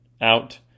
out